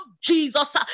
Jesus